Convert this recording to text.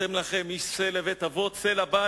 ולקחתם לכם איש שה לבית אבות, שה לבית.